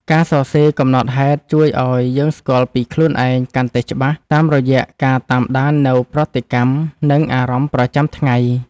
ការសរសេរកំណត់ហេតុជួយឱ្យយើងស្គាល់ពីខ្លួនឯងកាន់តែច្បាស់ តាមរយៈការតាមដាននូវប្រតិកម្ម និងអារម្មណ៍ប្រចាំថ្ងៃ។